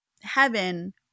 heaven